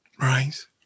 Right